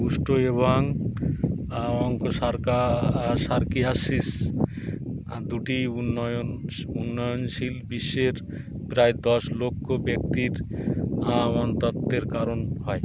কুষ্ঠ এবং অঙ্কোসারকা সারকিয়াসিস দুটি উন্নয়নশ উন্নয়নশীল বিশ্বের প্রায় দশ লক্ষ ব্যক্তির অন্তত্বের কারণ হয়